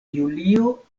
julio